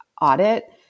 audit